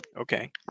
Okay